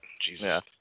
jesus